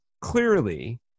clearly